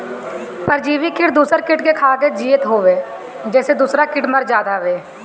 परजीवी किट दूसर किट के खाके जियत हअ जेसे दूसरा किट मर जात हवे